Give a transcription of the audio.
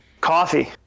Coffee